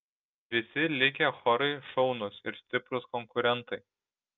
visi likę chorai šaunūs ir stiprūs konkurentai